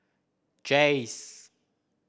jays